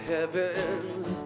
Heavens